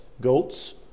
goats